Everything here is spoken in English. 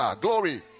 glory